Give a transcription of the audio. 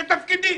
זה תפקידי.